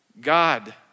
God